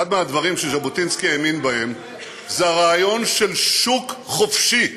אחד מהדברים שז'בוטינסקי האמין בהם זה הרעיון של שוק חופשי,